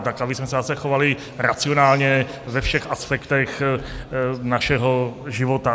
Tak abychom se zase chovali racionálně ve všech aspektech našeho života.